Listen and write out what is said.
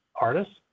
artists